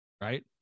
right